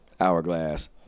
hourglass